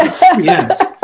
yes